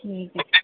ঠিক আছে